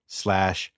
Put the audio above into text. slash